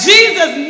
Jesus